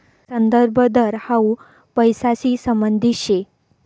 संदर्भ दर हाउ पैसांशी संबंधित शे